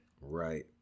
Right